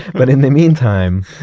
but in the meantime,